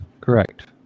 Correct